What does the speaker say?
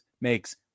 makes